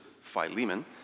Philemon